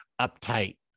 uptight